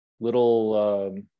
little